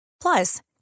Plus